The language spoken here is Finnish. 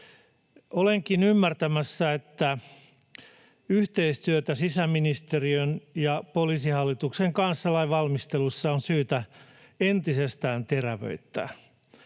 Olenkin ymmärtämässä, että yhteistyötä sisäministeriön ja Poliisihallituksen kanssa lainvalmistelussa on syytä entisestään terävöittää.